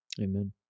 Amen